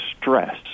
stress